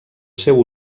seu